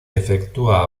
efectúa